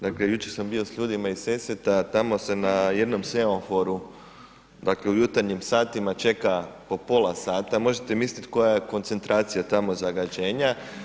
Dakle, jučer sam bio s ljudima iz Sesveta, tamo se na jednom semaforu, dakle u jutarnjim satima čeka po pola sata, možete mislit koja je koncentracija tamo zagađenja.